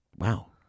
Wow